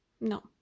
No